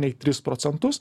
nei tris procentus